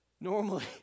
Normally